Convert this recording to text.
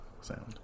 sound